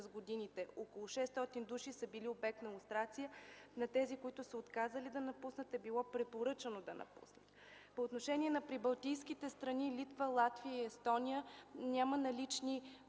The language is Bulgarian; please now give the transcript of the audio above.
годините. Около 600 души са били обект на лустрация. На тези, които са отказали да напуснат, е било препоръчано да напуснат. По отношение на прибалтийските страни Литва, Латвия и Естония няма налични